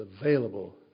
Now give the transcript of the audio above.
available